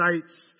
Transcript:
sites